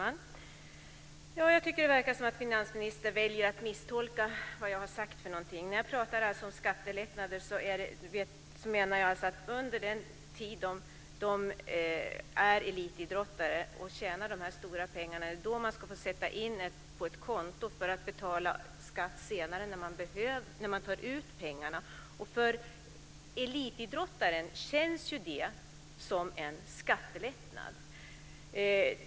Herr talman! Jag tycker att det verkar som om finansministern väljer att misstolka det jag har sagt. När jag talar om skattelättnader menar jag att elitidrottare under den tid de tjänar de stora pengarna ska få sätta in pengarna på ett konto, för att senare, när de tar ut dem, betala skatt. För elitidrottaren skulle det kännas som en skattelättnad.